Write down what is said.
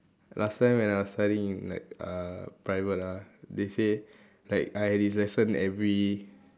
last time when I was studying in like uh private ah they say like I had this lesson every